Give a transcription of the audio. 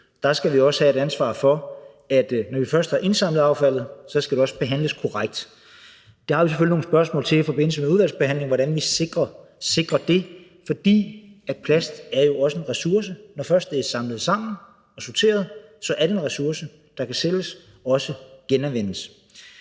Der skal vi også have et ansvar for, at når vi først har indsamlet affaldet, skal det også behandles korrekt. Der har vi selvfølgelig nogle spørgsmål i forbindelse med udvalgsbehandlingen til, hvordan vi sikrer det, for plast er jo også en ressource. Når først det er samlet sammen og sorteret, er det en ressource, der kan sælges og også genanvendes.